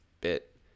bit